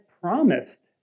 promised